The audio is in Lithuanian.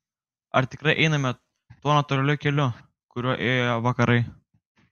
ar tikrai einame tuo natūraliu keliu kuriuo ėjo vakarai